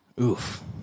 oof